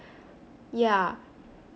yeah